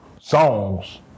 songs